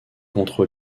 contre